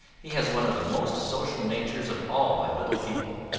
he has one of the most social natures of all my little people.